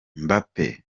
mbappe